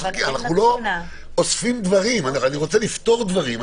אנחנו לא אוספים דברים, אני רוצה לפתור דברים.